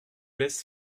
laisse